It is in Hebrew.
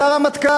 זה הרמטכ"ל,